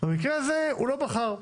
במקרה הזה הוא לא בחר.